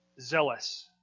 zealous